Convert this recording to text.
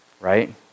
right